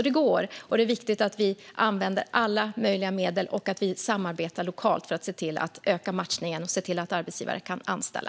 Det går alltså, och det är viktigt att vi använder alla medel som är möjliga och att vi samarbetar lokalt för att öka matchningen och se till att arbetsgivare kan anställa.